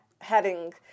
heading